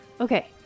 Okay